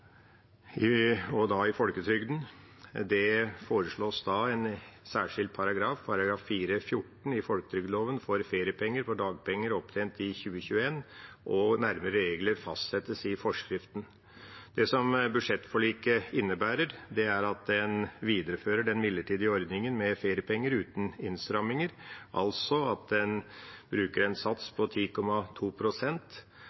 og da i folketrygden. Det foreslås en særskilt paragraf, § 4-14 i folketrygdloven, for feriepenger av dagpenger opptjent i 2021. Nærmere regler fastsettes i forskriften. Det som budsjettforliket innebærer, er at en viderefører den midlertidige ordningen med feriepenger uten innstramminger, altså at en bruker en sats